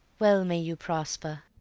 well may you prosper!